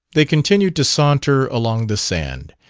they continued to saunter along the sand.